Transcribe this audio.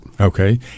Okay